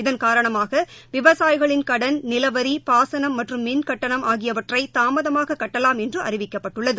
இதன் காரணமாக காரணமாக விவசாயிகளின் கடன் நிலவரி பாசனம் மற்றும் மின் கட்டணம் ஆகியவற்றை தாமதமாக கட்டலாம் என்று அறிவிக்கப்பட்டுள்ளது